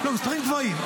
מספרים גבוהים.